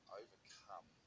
overcome